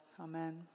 Amen